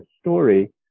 story